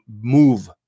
move